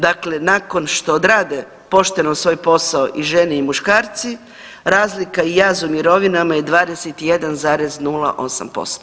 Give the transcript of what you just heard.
Dakle, nakon što odrade pošteno svoj posao i žene i muškarci razlika i jaz u mirovinama je 21,08%